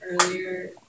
earlier